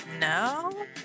No